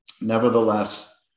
Nevertheless